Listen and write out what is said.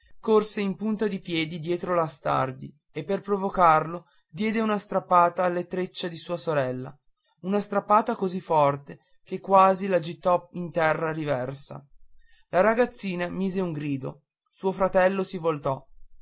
corse in punta di piedi dietro di stardi e per provocarlo diede una strappata alla treccia di sua sorella una strappata così forte che quasi la gittò in terra riversa la ragazzina mise un grido suo fratello si voltò